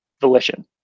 volition